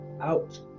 out